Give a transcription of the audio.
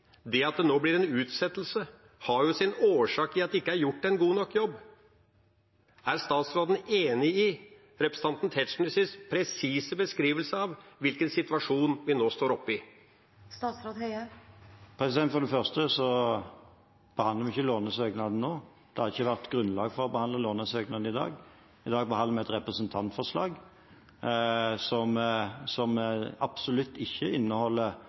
det at det nå blir en utsettelse, sin årsak i at det ikke er gjort en god nok jobb. Er statsråden enig i representanten Tetzschners presise beskrivelse av hvilken situasjon vi nå står oppe i? For det første behandler vi ikke lånesøknaden nå. Det har ikke vært grunnlag for å behandle lånesøknaden i dag. I dag behandler vi et representantforslag som absolutt ikke inneholder